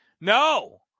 No